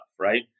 Right